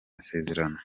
masezerano